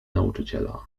nauczyciela